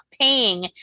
paying